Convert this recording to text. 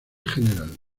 general